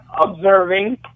observing